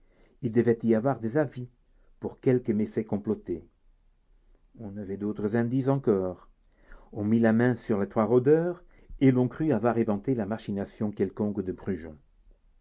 il devait y avoir des avis pour quelque méfait comploté on avait d'autres indices encore on mit la main sur les trois rôdeurs et l'on crut avoir éventé la machination quelconque de brujon